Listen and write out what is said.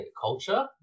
culture